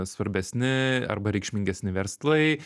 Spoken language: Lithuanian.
svarbesni arba reikšmingesni verslai